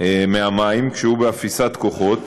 מהמים כשהוא באפיסת כוחות.